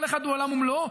300,000 מילואימניקים,